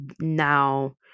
now